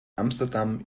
amsterdam